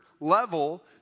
level